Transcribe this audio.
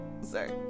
Sorry